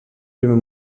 primer